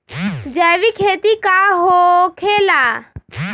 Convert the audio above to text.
जैविक खेती का होखे ला?